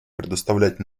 предоставлять